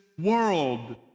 world